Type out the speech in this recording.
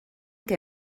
que